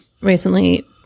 recently